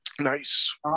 Nice